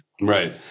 Right